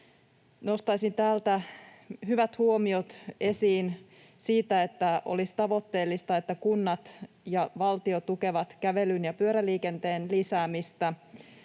Nostaisin täältä esiin hyvät huomiot siitä, että olisi tavoitteellista, että kunnat ja valtio tukevat kävelyn ja pyöräliikenteen lisäämistä